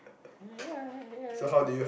ya ya ya ya